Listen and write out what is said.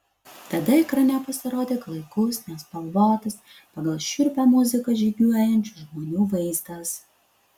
tada ekrane pasirodė klaikus nespalvotas pagal šiurpią muziką žygiuojančių žmonių vaizdas